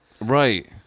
right